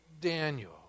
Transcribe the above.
Daniel